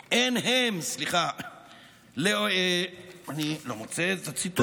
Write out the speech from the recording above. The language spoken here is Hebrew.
הם, אני לא מוצא את הציטוט, מה יהיה?